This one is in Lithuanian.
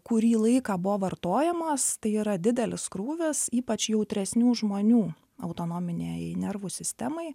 kurį laiką buvo vartojamas tai yra didelis krūvis ypač jautresnių žmonių autonominei nervų sistemai